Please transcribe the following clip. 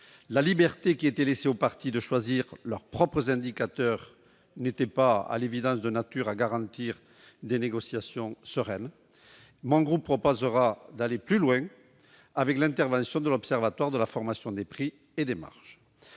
La liberté qui était laissée aux parties de choisir leurs propres indicateurs n'était pas, à l'évidence, de nature à garantir des négociations sereines. Le groupe du RDSE proposera d'aller plus loin, avec l'intervention de l'Observatoire de la formation des prix et des marges.